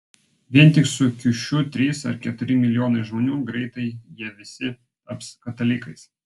vien tik su kiušiu trys ar keturi milijonai žmonių greitai jie visi taps katalikais